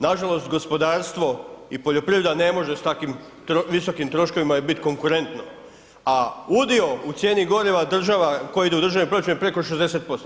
Nažalost, gospodarstvo i poljoprivreda ne može s takvim visokim troškovima bit konkurentno, a udio u cijeni goriva, država, koji ide u državni proračun je preko 60%